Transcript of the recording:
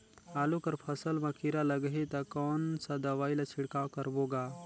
आलू कर फसल मा कीरा लगही ता कौन सा दवाई ला छिड़काव करबो गा?